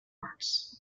arts